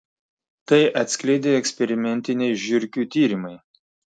tai atskleidė eksperimentiniai žiurkių tyrimai